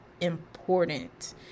important